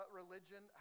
religion